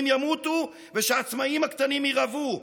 ראינו אותם מנסים להימנע מתשלום שכר למורים,